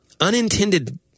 unintended